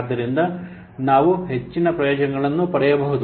ಆದ್ದರಿಂದ ನಾವು ಹೆಚ್ಚಿನ ಪ್ರಯೋಜನಗಳನ್ನು ಪಡೆಯಬಹುದು